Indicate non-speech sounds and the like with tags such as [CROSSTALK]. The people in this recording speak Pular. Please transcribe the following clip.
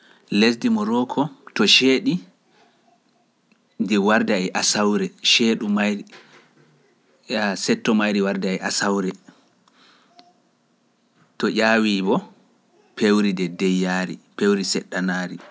[NOISE] lesdi mo roko to seeɗi ndi warda e asawre seeɗu mayri ya setto mayri warda e asawre to ƴawi bo pewri nde deyyaari pewri seɗɗanari